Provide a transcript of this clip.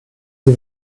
sie